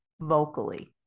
vocally